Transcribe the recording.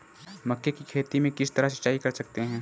मक्के की खेती में किस तरह सिंचाई कर सकते हैं?